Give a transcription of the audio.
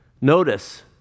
Notice